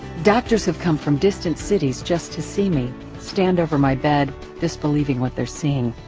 doctors have come from distant cities just to see me stand over my bed disbelieving what they're seeing.